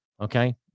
Okay